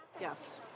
Yes